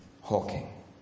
Hawking